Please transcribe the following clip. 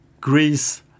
Greece